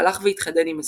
שהלך והתחדד עם הזמן.